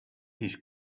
his